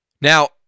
Now